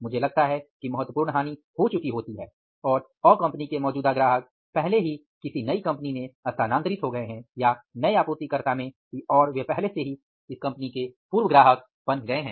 मुझे लगता है कि महत्वपूर्ण हानि हो चुकी है और अ कंपनी के मौजूदा ग्राहक पहले ही नई कंपनी में स्थानांतरित हो गए हैं या नए आपूर्तिकर्ता में और वे पहले से ही इस कंपनी के पूर्व ग्राहक बन गए हैं